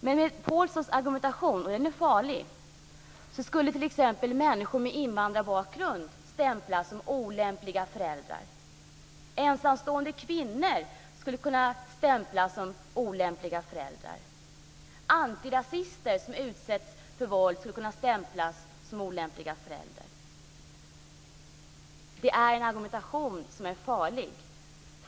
Med Chatrine Pålssons argumentation - den är farlig - skulle t.ex. människor med invandrarbakgrund stämplas som olämpliga föräldrar. Ensamstående kvinnor skulle kunna stämplas som olämpliga föräldrar. Antirasister, som utsätts för våld, skulle kunna stämplas som olämpliga föräldrar. Det är en argumentation som är farlig.